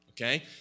okay